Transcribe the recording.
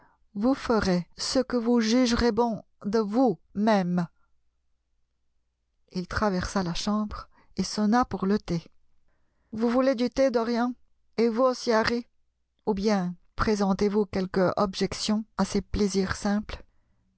vous ferez ce que vous jugerez bon de vous même il traversa la chambre et sonna pour le thé vous voulez du thé dorian et vous aussi harry ou bien présentez-vous quelque objection à ces plaisirs simples